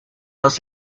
los